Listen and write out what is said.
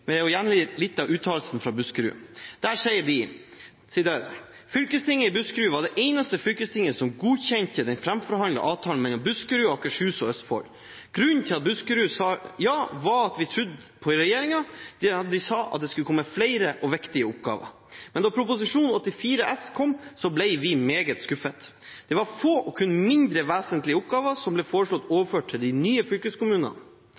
ved å gjengi litt av uttalelsen fra Buskerud. Der sier de: «Fylkestinget i Buskerud var det eneste fylkestinget som godkjente den framforhandlede avtalen som ble undertegnet av de tre fylkesordførerne i Akershus, Østfold og Buskerud.» Videre sies det: «Grunnen til at fylkestinget i Buskerud sa JA var at vi trodde på regjeringen da de sa at flere og viktige oppgaver skulle overføres fra staten til de nye regionene.» Og videre: men da proposisjon 84S kom ble vi meget skuffet. Det var få og kun mindre vesentlige oppgaver som